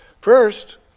First